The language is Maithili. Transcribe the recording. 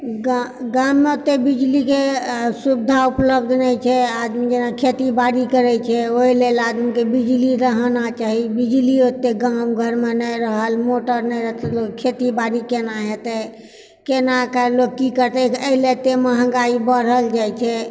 गा गाम मे तऽ बिजलीके सुविधा उपलब्ध नहि छै आदमी जेना खेती बाड़ी करै छै ओहि लेल आदमीके बिजली रहना चाही बिजली ओते गाम घरमे नहि रहल मोटर नहि रहतै खेती बाड़ी केना हेतै केना कऽ लोक कि करतै एहि लए एते महँगाइ बढ़ल जाइ छै